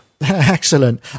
excellent